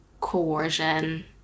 coercion